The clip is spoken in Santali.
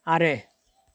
ᱟᱨᱮ